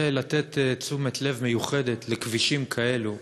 זה לתת תשומת לב מיוחדת לכבישים כאלו.